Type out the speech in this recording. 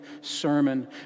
sermon